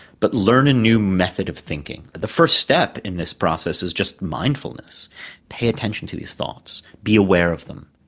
but learn a new method of thinking. the first step in this process is just mindfulness pay attention to your thoughts, be aware of them,